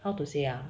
how to say ah